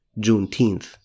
Juneteenth